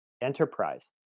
enterprise